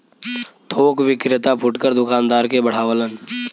थोक विक्रेता फुटकर दूकानदार के बढ़ावलन